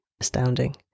astounding